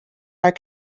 are